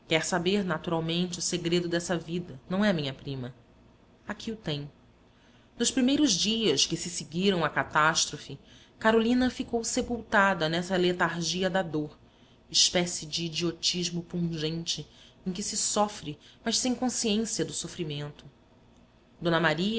saber naturalmente o segredo dessa vida não é minha prima aqui o tem nos primeiros dias que se seguiram à catástrofe carolina ficou sepultada nessa letargia da dor espécie de idiotismo pungente em que se sofre mas sem consciência do sofrimento d maria